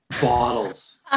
bottles